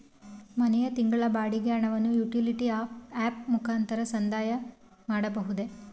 ಮನೆಯ ತಿಂಗಳ ಬಾಡಿಗೆ ಹಣವನ್ನು ಯುಟಿಲಿಟಿ ಆಪ್ ಮುಖಾಂತರ ಸಂದಾಯ ಮಾಡಬಹುದೇ?